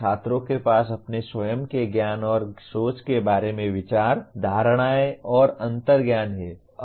छात्रों के पास अपने स्वयं के ज्ञान और सोच के बारे में विचार धारणाएँ और अंतर्ज्ञान हैं